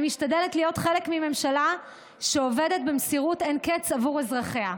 אני משתדלת להיות חלק מממשלה שעובדת במסירות אין-קץ עבור אזרחיה.